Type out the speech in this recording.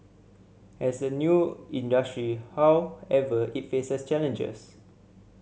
as a new industry however it face challenges